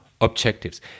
objectives